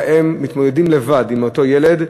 הם מתמודדים לבד עם אותו ילד,